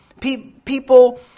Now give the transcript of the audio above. People